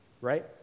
Right